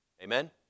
Amen